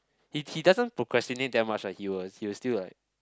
he he doesn't procrastinate that much ah he will he will still like